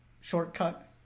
shortcut